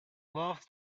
loves